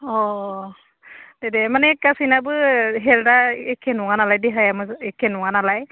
अ दे दे माने गासैनाबो हेल्थआ एखे नङा नालाय देहाया एखे नङा नालाय